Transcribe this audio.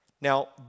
Now